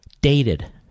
dated